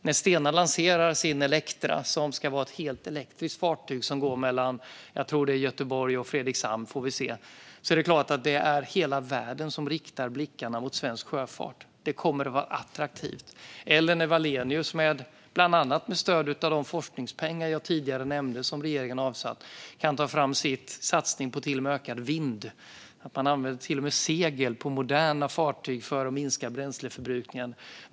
När Stena lanserar sin Elektra, ett helt elektriskt fartyg som ska gå mellan Göteborg och Fredrikshamn, riktas hela världens blickar mot svensk sjöfart. Det kommer att vara attraktivt. Det gäller när Wallenius bland annat med stöd av de forskningspengar jag tidigare nämnde som regeringen avsatt kan ta fram sin satsning på ökad vindkraft. Man använder till och med segel på moderna fartyg för att minska bränsleförbrukningen.